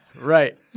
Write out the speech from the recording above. Right